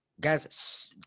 guys